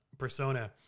Persona